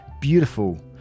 beautiful